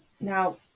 Now